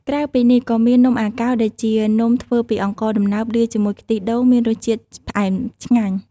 ក្រៅពីនេះ ក៏មាន នំអាកោ ដែលជានំធ្វើពីអង្ករដំណើបលាយជាមួយខ្ទិះដូងមានរសជាតិផ្អែមឆ្ងាញ់។